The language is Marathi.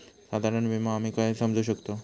साधारण विमो आम्ही काय समजू शकतव?